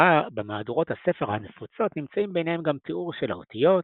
במהדורות הספר הנפוצות נמצאים ביניהם גם תיאור של האותיות,